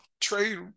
trade